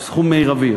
או סכום מרבי,